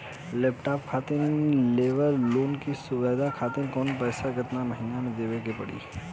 Laptop खातिर लेवल loan के चुकावे खातिर केतना पैसा केतना महिना मे देवे के पड़ी?